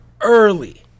early